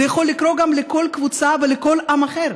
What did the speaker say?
זה יכול לקרות גם לכל קבוצה ולכל עם אחר.